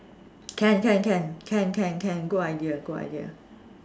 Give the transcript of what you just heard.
can can can can can can good idea good idea